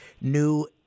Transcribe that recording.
new